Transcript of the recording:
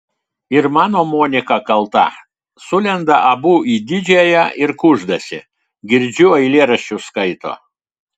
ir mano monika kalta sulenda abu į didžiąją ir kuždasi girdžiu eilėraščius skaito